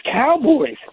Cowboys